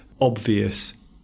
obvious